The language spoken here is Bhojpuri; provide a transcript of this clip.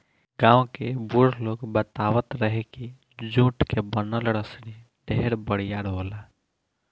गांव के बुढ़ लोग बतावत रहे की जुट के बनल रसरी ढेर बरियार होला